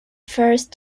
first